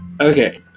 Okay